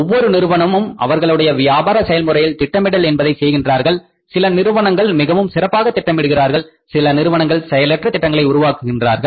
ஒவ்வொரு நிறுவனமும் அவர்களுடைய வியாபார செயல்முறையில் திட்டமிடல் என்பதை செய்கின்றார்கள் சில நிறுவனங்கள் மிகவும் சிறப்பாக திட்டமிடுவார்கள் சில நிறுவனங்கள் செயலற்ற திட்டங்களை உருவாக்குவார்கள்